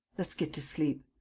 let's get to sleep.